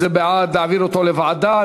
זה בעד להעביר לוועדה.